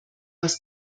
was